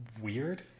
weird